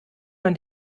man